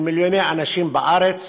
של מיליוני אנשים בארץ,